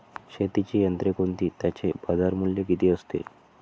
शेतीची यंत्रे कोणती? त्याचे बाजारमूल्य किती असते?